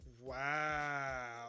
Wow